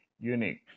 unique